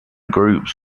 groups